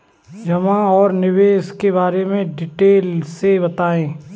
जमा और निवेश के बारे में डिटेल से बताएँ?